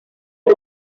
and